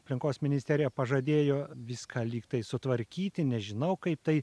aplinkos ministerija pažadėjo viską lyg tai sutvarkyti nežinau kaip tai